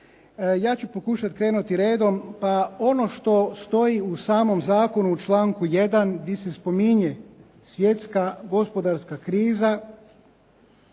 Ja ću pokušat krenuti redom da ono što stoji u samom zakonu u članku 1. gdje se spominje svjetska gospodarska kriza